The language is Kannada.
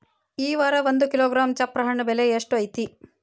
ಈ ವಾರ ಒಂದು ಕಿಲೋಗ್ರಾಂ ಚಪ್ರ ಹಣ್ಣ ಬೆಲೆ ಎಷ್ಟು ಐತಿ?